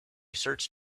search